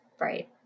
Right